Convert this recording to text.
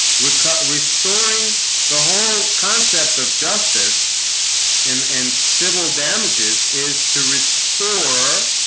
recovery storing the whole concept of justice and and civil damages is to restore